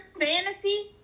fantasy